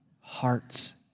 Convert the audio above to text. hearts